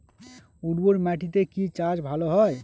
উর্বর মাটিতে কি চাষ ভালো হয়?